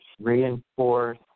reinforce